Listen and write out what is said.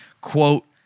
Quote